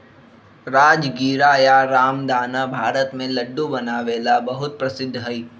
राजगीरा या रामदाना भारत में लड्डू बनावे ला बहुत प्रसिद्ध हई